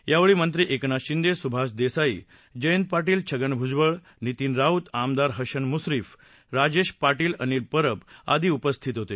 यावेळी मंत्री एकनाथ शिंदे सुभाष देसाई जयंत पाटील छगन भुजबळ नितीन राऊत आमदार हसन मुश्रीफ राजेश पाटील अनिल परब आदी उपस्थित होते